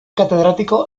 catedrático